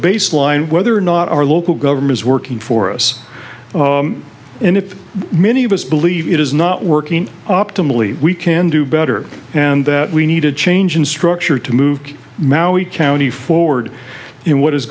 baseline whether or not our local government is working for us and if many of us believe it is not working optimally we can do better and that we need a change in structure to move maui county forward in what is